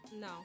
No